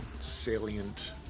salient